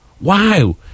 wow